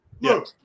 Look